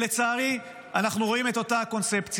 ולצערי, אנחנו רואים את אותה הקונספציה.